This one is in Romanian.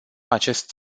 acest